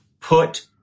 put